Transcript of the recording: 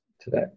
today